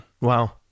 Wow